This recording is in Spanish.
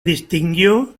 distinguió